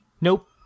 Nope